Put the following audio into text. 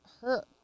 hurt